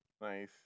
Nice